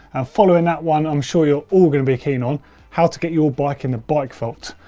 and following that one, i'm sure you're all going to be keen on how to get your bike in the bike filter.